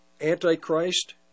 Antichrist